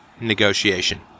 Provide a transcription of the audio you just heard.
negotiation